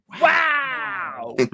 wow